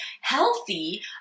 healthy